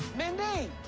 mindy,